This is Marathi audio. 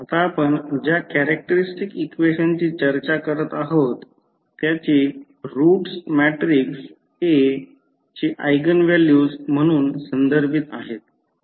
आता आपण ज्या कॅरेक्टरस्टिक्स इक्वेशनची चर्चा करत आहोत त्याची रूट्स मॅट्रिक्स A चे ऎगेन व्हॅल्यूज म्हणून संदर्भित आहेत